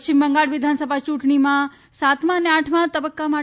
પશ્ચિમ બંગાળ વિધાનસભા ચૂંટણીમાં સાતમા અને આઠમા તબક્કા માટે